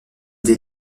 des